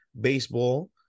Baseball